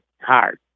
hard